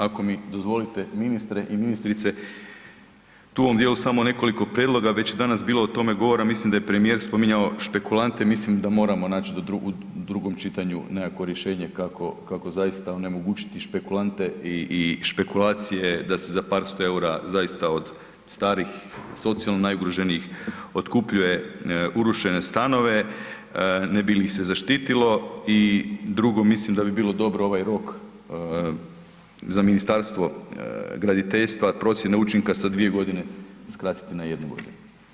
Ako mi dozvolite, ministre i ministrice, tu u ovom dijelu samo nekoliko prijedloga, već je danas bilo o tome govora, mislim da je premijer spominjao špekulante, mislim da moramo naći u drugom čitanju nekakvo rješenje kako zaista onemogućiti špekulante i špekulacije da se za par 100 eura zaista od starijih, socijalno najugroženijih otkupljuje urušene stanove, ne bi li ih se zaštitilo i drugo, mislim da bi bilo dobro ovaj rok za Ministarstvo graditeljstva, procjene učinka sa 2 godine skratiti na jednu godinu.